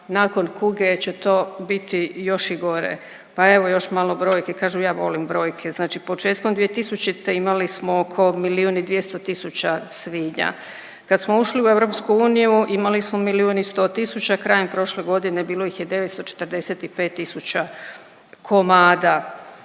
nakon kuge će to biti još i gore, pa evo još malo brojki kažu ja volim brojke. Znači početkom 2000. imali smo oko milijun i 200 tisuća svinja. Kad smo ušli u EU imali smo milijun i 100 tisuća, krajem prošle godine bilo ih je 945 tisuća komada.